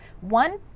one